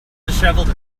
dishevelled